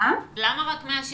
אנה לרנר